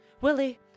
Willie